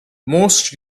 most